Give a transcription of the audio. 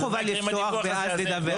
זה לא חובה לפתוח ואז לדווח.